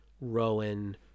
rowan